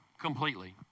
completely